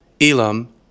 Elam